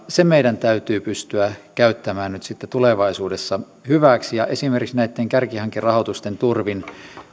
se meidän täytyy pystyä käyttämään nyt sitten tulevaisuudessa hyväksi ja esimerkiksi näitten kärkihankerahoitusten turvin